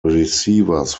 receivers